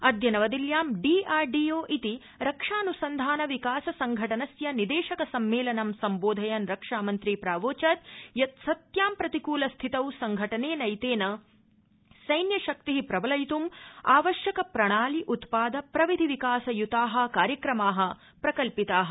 अद्य नवदिल्ल्यां डीआरडीओ इति रक्षानुसन्धान विकास संघ िस्य निदेशक सम्मेलनं सम्बोधयन् रक्षामन्त्री प्रावोचद् यत् सत्यां प्रतिकृलस्थितौ संघ िनैतेन सैन्यशक्ति प्रबलयित्म् आवश्यक प्रणालि उत्पाद प्रविधिविकास यूता कार्यक्रमा प्रकल्पिता